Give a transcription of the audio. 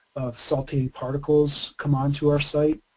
of saltating particles come on to our site.